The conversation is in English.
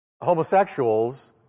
homosexuals